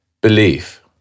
belief